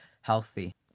healthy